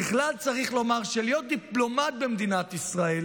ככלל, צריך לומר שלהיות דיפלומט במדינת ישראל